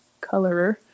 colorer